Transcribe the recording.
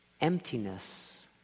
Emptiness